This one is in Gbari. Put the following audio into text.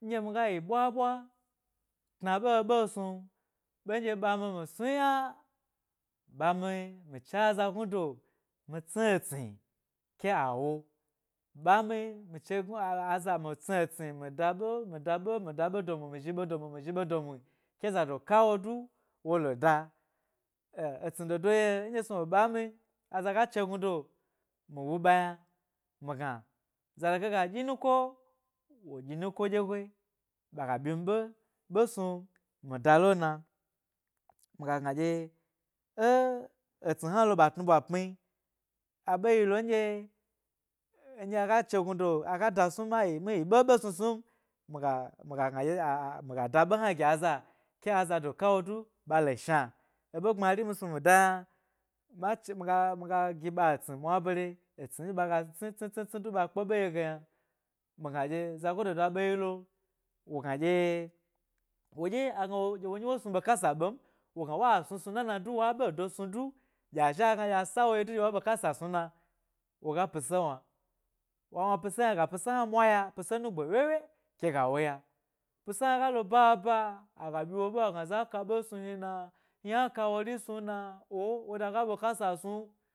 Nɗye mi ga yi ɓwaɓwa tna ɓeɓe snu bendye ba mi mi snu ba mi mi che aza gnudo mi tshi etsni ke a wo ba mi mi chegnu aza mi tsni etsni mi da ɓe mi ɓa ɓe mi da ɓe mi da bedo mu mi zhi bedo mu mi zhi ɓedo mu ke zado ka wo du wo lo da, tsni dodo yio ndye snu wo ɓa mi aza ga chegnudo mi wu ɓa yna mi migna ndye za doge ga dyi nuko wo dyi nuko dyego ba ga byi mi ɓe yna snu mi da lo na mi ga gna dye e etsni hna lo ba tnuba pmi abe yi lo ndye aga chegnudo aga da snu ayi mi yi ɓeɓe snu snu m miga da benɗye hna gi aza ke azado kawo du ɓa lo shna eɓe gbmari mi snu mi da yna, ma ma miga mi ga gi ɓa etsbu nwabere etsni ba ga tsni tsni tsni du ba kpe ɓe ye ge yna mi gna dye zago do do abe lo wo sna dye wo dye agna wo nyi wo snu bekasa ɓe m wo gna wa snu suu nana du wa bedo snu du ge azhi a gna dye a sawo ye du dye wa bekasa snu na wo gni ga pise wna wa wna pise yna ga pise hna mwaya pise nugbe wyewye, ke ga wo ya pise hna ga lo baba aga byi wo ɓe a gna za ka be hni snu hni na, yna ka wori snu na oh wo dage a ɓekasa snu